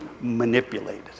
manipulated